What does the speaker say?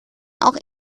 auch